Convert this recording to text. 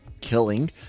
killing